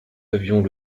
avions